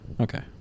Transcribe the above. okay